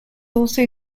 also